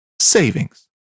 savings